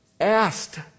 asked